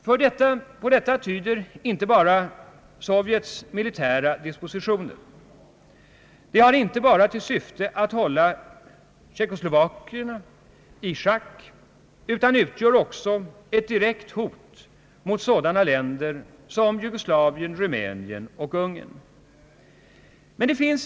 Härpå tyder framför allt Sovjetunionens militära dispositioner. De har inte bara till syfte att hålla tjeckoslovakerna i schack utan utgör också ett direkt hot mot sådana länder som Jugoslavien, Rumänien och Ungern.